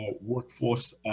Workforce